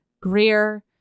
Greer